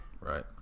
right